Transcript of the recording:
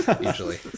usually